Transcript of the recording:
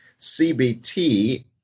CBT